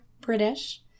British